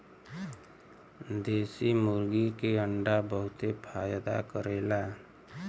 देशी मुर्गी के अंडा बहुते फायदा करेला